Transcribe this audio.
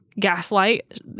Gaslight